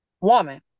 woman